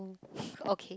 okay